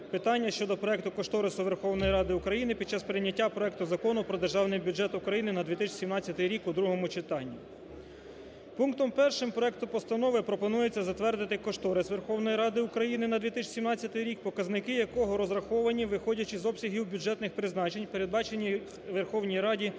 питання щодо проекту кошторису Верховної Ради України під час прийняття проекту Закону про Державний бюджет України на 2017 рік у другому читанні. Пунктом першим проекту постанови пропонується затвердити кошторис Верховної Ради України на 2017 рік, показники якого розраховані виходячи з обсягів бюджетних призначень, передбачених Верховній Раді Законом